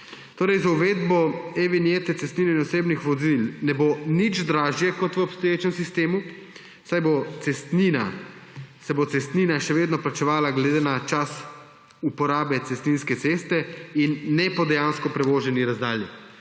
Z uvedbo e-vinjete cestninjenje osebnih vozil ne bo nič dražje kot v obstoječem sistemu, saj se bo cestnina še vedno plačevala glede na čas uporabe cestninske ceste in ne po dejansko prevoženi razdalji.